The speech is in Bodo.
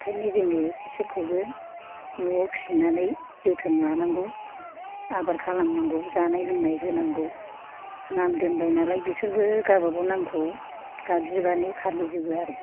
ओंखायनो जोङो बिसोरखौबो न'आव फिसिनानै जोथोन लानांगौ आबार खालामनांगौ जानाय लोंनाय होनांगौ नाम दोनबाय नालाय बिसोरबो गावबा गाव नामखौ गाबज्रिबानो खारबोजोबो आरो